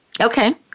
Okay